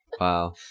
Wow